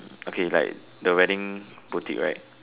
okay like the wedding boutique right